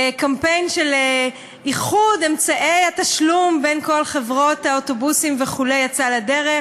וקמפיין של איחוד אמצעי התשלום בין כל חברות האוטובוסים וכו' יצא לדרך.